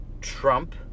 Trump-